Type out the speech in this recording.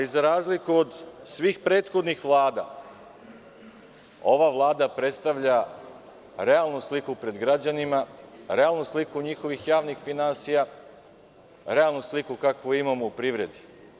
Za razliku od svih prethodnih Vlada, ova Vlada predstavlja realnu sliku pred građanima, realnu sliku njihovih javnih finansija, realnu sliku kakvu imamo u privredi.